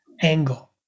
angle